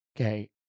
Okay